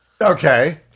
Okay